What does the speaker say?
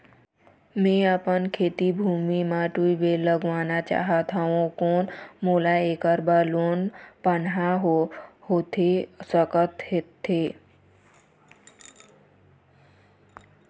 मैं अपन खेती भूमि म ट्यूबवेल लगवाना चाहत हाव, कोन मोला ऐकर बर लोन पाहां होथे सकत हे?